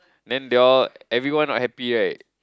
then they all everyone not happy right